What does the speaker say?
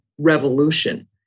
revolution